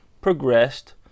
progressed